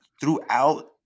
throughout